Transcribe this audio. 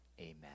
amen